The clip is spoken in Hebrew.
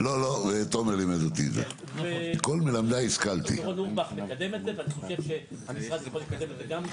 הפורום מקדם את זה ואני חושב שהמשרד יכול לקדם את זה גם.